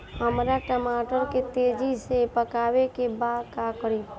हमरा टमाटर के तेजी से पकावे के बा का करि?